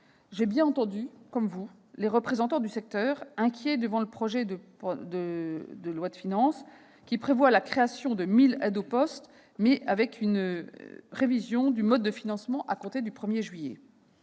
j'ai entendu les inquiétudes des représentants du secteur devant le projet de loi de finances, qui prévoit la création de 1 000 aides au poste avec une révision du mode de financement à compter du 1 juillet.